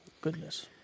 goodness